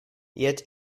yet